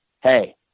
Hey